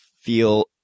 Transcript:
feel